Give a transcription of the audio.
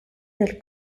del